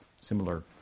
Similar